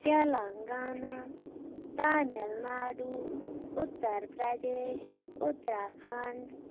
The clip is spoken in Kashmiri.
تِلنگانہ تامِل ناڈوٗ اُتر پرٛدیش اُتراکھَنٛڈ